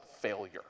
failure